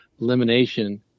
elimination